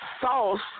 sauce